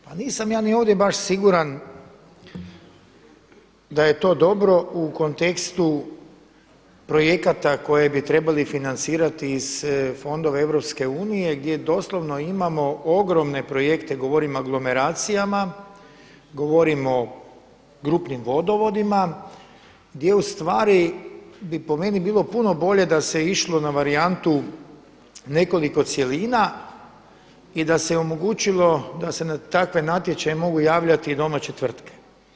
Pa nisam ja ni ovdje baš siguran da je to dobro u kontekstu projekata koje bi trebali financirati iz fondova EU gdje doslovno imamo ogromne projekte, govorim o anglomeracijama, govorim o grupnim vodovodima gdje u stvari bi po meni bilo puno bolje da se išlo na varijantu nekoliko cjelina i da se omogućilo da se na takve natječaje mogu javljati i domaće tvrtke.